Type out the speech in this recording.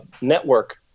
network